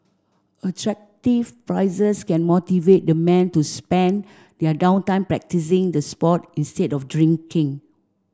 attractive prizes can motivate the men to spend their down time practising the sport instead of drinking